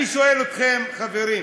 אני שואל אתכם, חברים: